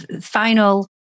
final